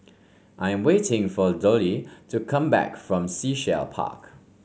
I am waiting for Dollye to come back from Sea Shell Park